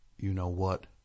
you-know-what